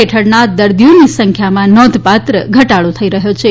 હેઠળના દર્દીઓની સંખ્યામાં પણ નોંધપાત્ર ઘટાડો થઈ રહ્યો છે